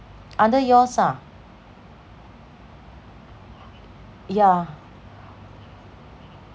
under yours ah yeah